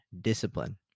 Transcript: discipline